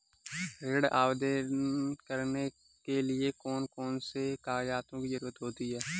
ऋण आवेदन करने के लिए कौन कौन से कागजों की जरूरत होती है?